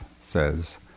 says